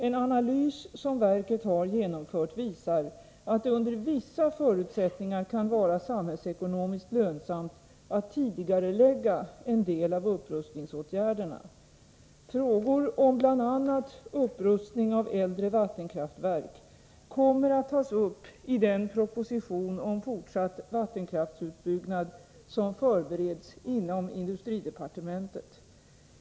En analys som verket har genomfört visar att det under vissa förutsättningar kan vara samhällsekonomiskt lönsamt att tidigarelägga en del av upprustningsåtgärderna. Frågor om bl.a. upprustning av äldre vattenkraftverk kommer att tas upp i den proposition om fortsatt vattenkraftsutbyggnad som förbereds inom industridepartementet.